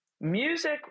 Music